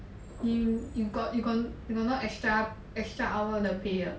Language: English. you you got you got you got no extra extra hour the pay 的